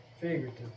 figurative